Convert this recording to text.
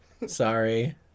Sorry